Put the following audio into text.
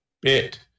bit